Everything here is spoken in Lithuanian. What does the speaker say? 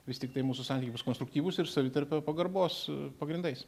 vis tiktai mūsų santykiai bus konstruktyvūs ir savitarpio pagarbos pagrindais